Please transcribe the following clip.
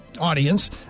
audience